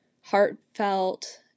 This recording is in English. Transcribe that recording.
heartfelt